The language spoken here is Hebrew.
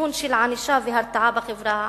בכיוון של ענישה והרתעה בחברה הערבית.